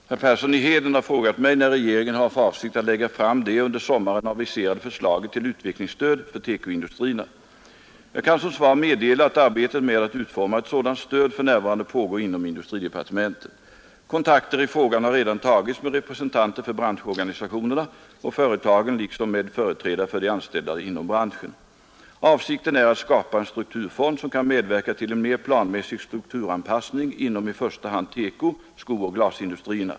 Herr talman! Herr Persson i Heden har frågat mig när regeringen har för avsikt att lägga fram det under sommaren aviserade förslaget till utvecklingsstöd för TEKO-industrierna. Jag kan som svar meddela att arbetet med att utforma ett sådant stöd för närvarande pågår inom industridepartementet. Kontakter i frågan har redan tagits med representanter för branschorganisationerna och företagen liksom med företrädare för de anställda inom branschen. Avsikten är att skapa en strukturfond, som kan medverka till en mer planmässig strukturanpassning inom i första hand TEKO-, skooch glasindustrierna.